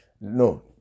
No